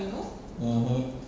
mm hmm